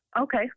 Okay